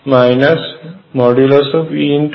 E